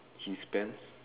his pants